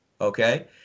okay